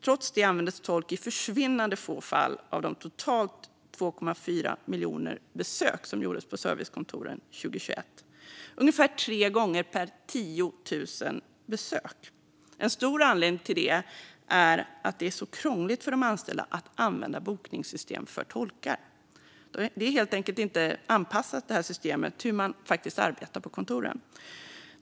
Trots det användes tolk i försvinnande få fall av de totalt 2,4 miljoner besök som gjordes på servicekontoren under 2021, ungefär tre gånger per 10 000 besök. En stor anledning till det är att det är så krångligt för de anställda att använda bokningssystemet för tolkar. Systemet är helt enkelt inte anpassat till hur man faktiskt arbetar på kontoren.